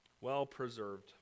Well-preserved